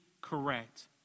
correct